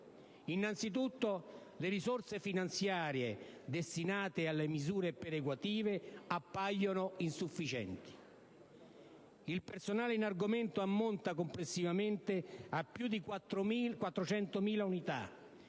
Innanzitutto, le risorse finanziarie destinate alle misure perequative appaiono insufficienti. Il personale in argomento ammonta complessivamente a più di 400.000 unità